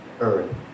earth